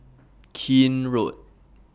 Keene Road